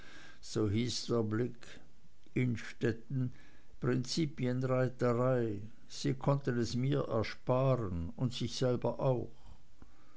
so hieß der blick innstetten prinzipienreiterei sie konnten es mir ersparen und sich selber auch